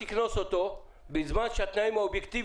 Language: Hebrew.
מתי אתה צופה לראות שינוי בעקבות השינויים -- תקשיב,